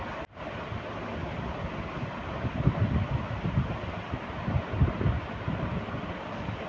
UPI मे पैसा जमा कारवावे खातिर ई क्यू.आर कोड कहां से मिली?